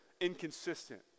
inconsistent